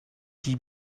die